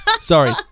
sorry